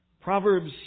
Proverbs